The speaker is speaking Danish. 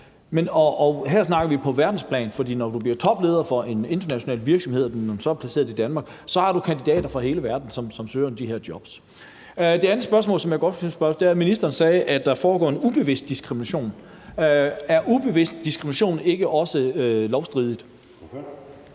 her snakker vi på verdensplan, for når du bliver topleder for en international virksomhed – og den kan så være placeret i Danmark – så har du kandidater fra hele verden, som søger de her jobs. Det andet spørgsmål, som jeg godt vil stille, er: Ministeren sagde, at der foregår en ubevidst diskrimination – er ubevidst diskrimination ikke også lovstridigt?